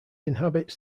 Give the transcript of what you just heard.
inhabits